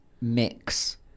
mix